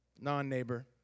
Non-neighbor